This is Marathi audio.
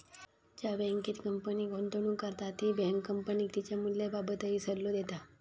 ज्या बँकेत कंपनी गुंतवणूक करता ती बँक कंपनीक तिच्या मूल्याबाबतही सल्लो देता